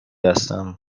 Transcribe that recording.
هستم